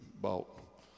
bought